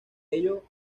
ello